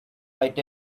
right